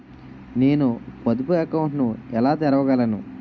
నేను పొదుపు అకౌంట్ను ఎలా తెరవగలను?